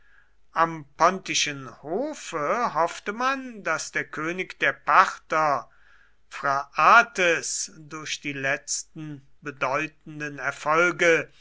am pontischen hofe hoffte man daß der könig der parther phraates durch die letzten bedeutenden erfolge